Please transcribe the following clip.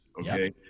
okay